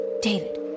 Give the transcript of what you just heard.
David